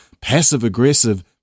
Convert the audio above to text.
passive-aggressive